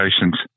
patients